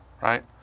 Right